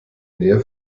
nähe